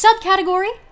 Subcategory